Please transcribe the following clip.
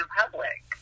public